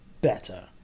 better